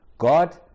God